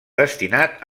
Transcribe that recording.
destinat